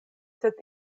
sed